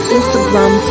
Instagram